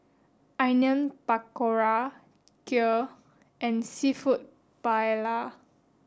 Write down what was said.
Onion Pakora Kheer and Seafood Paella